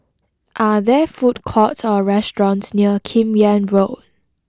are there food courts or restaurants near Kim Yam Road